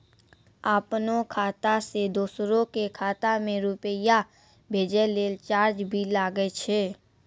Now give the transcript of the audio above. आपनों खाता सें दोसरो के खाता मे रुपैया भेजै लेल चार्ज भी लागै छै?